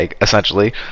essentially